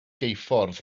geuffordd